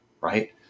right